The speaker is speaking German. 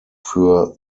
für